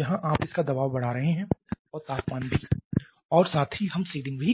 जहां आप इसका दबाव बढ़ा रहे हैं और तापमान भी और साथ ही हम सीडिंग भी कर रहे हैं